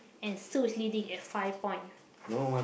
and Sue is leading at five point